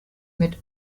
mit